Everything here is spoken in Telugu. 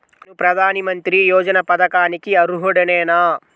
నేను ప్రధాని మంత్రి యోజన పథకానికి అర్హుడ నేన?